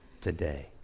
today